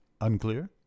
Unclear